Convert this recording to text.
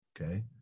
Okay